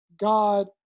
God